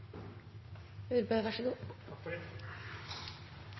– vær så god,